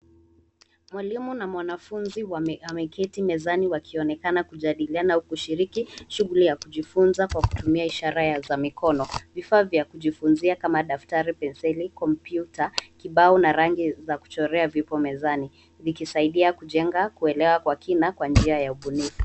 Mwalimu na mwanafunzi ameketi mezani wakionekana kujadiliana au kushiriki shughuli ya kujifunza kwa kutumia ishara za mikono. Vifaa vya kujifunzia kama daftari, penseli, kompyuta, kibao na rangi za kuchorea zipo mezani zikisaidia kujenga kuelewa kwa kina kwa njia ya ubunifu.